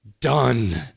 done